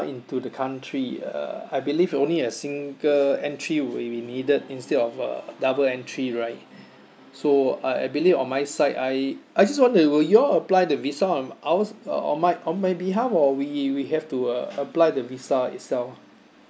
into the country uh I believe it only a single entry will be needed instead of a double entry right so I I believe on my side I I just want to will you all apply the visa on ours uh on my on my behalf or we we have to uh apply the visa itself